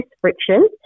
friction